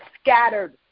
scattered